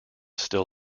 still